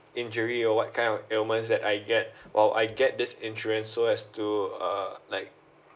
injury or what kind of illness that I get or I get this insurance so as to do uh like